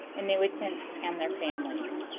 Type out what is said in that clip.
annuitants and their families.